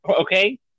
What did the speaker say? okay